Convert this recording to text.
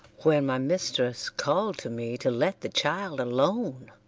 when my mistress called to me to let the child alone,